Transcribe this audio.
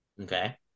Okay